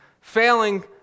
failing